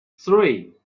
three